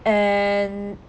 and